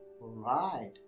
right